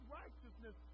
righteousness